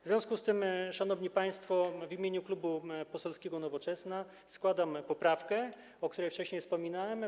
W związku z tym, szanowni państwo, w imieniu Klubu Poselskiego Nowoczesna składam poprawkę, o której wcześniej wspominałem.